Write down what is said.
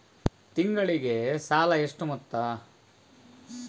ತಿಂಗಳಿಗೆ ಸಾಲ ಎಷ್ಟು ಮೊತ್ತ?